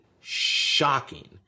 shocking